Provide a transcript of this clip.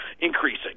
increasing